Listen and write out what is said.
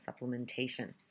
supplementation